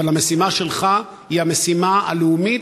אבל המשימה שלך היא משימה לאומית,